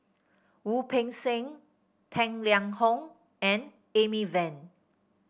Wu Peng Seng Tang Liang Hong and Amy Van